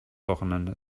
wochenende